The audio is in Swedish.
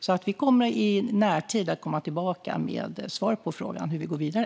Vi kommer alltså att i närtid komma tillbaka med svar på hur vi ska gå vidare.